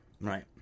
Right